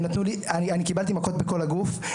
הם נתנו לי, אני קיבלתי מכות בכל הגוף.